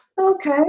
Okay